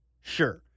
Sure